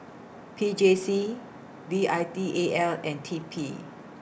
P J C V I T A L and T P